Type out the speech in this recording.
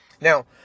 Now